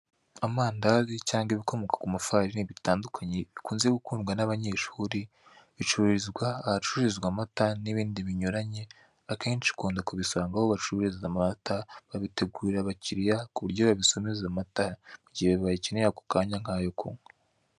Amandazi cyangwa ibikomoka ku mafarini bitandukanye, bikunzwe gukundwa n'abanyeshuri, bicururizwa ahacururizwa amata n'ibindi binyuranye, akenshi ukunda kubisanga aho bacururiza amata. babitegurira abakirira ku buryo babisomeza amata, mu gihe babikeneye ako kanya nk'ayo kunywa.